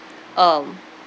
um